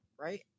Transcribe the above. right